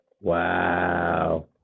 wow